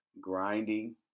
grinding